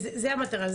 זה המטרה,